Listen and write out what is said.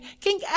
king